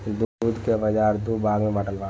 दूध के बाजार दू भाग में बाटल बा